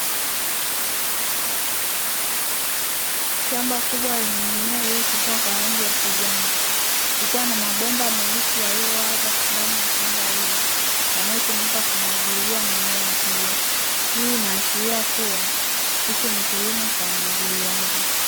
Shamba kubwa lenye mimea iliyochipua kwa rangi ya kijani, kukiwa na mabomba meusi yaliyolazwa ndani ya shamba hilo, yanayotumika kumwagilia mimea hiyo, hii inaashiria kuwa hichi ni kilimo cha umwagiliaji.